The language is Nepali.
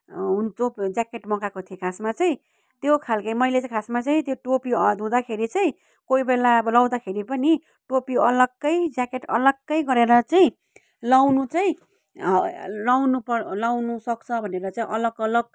ज्याकेट मगाएको थिएँ खासमा चाहिँ त्यो खालके मैले चाहिँ खासमा चाहिँ त्यो टोपी धुँदाखेरि चाहिँ कोहीबेला अब लाउँदाखेरि पनि टोपी अलग्गै ज्याकेट अलग्गै गरेर चाहिँ लगाउनु चाहिँ लगाउनु पर लगाउनुसक्छ भनेर चाहिँ अलग अलग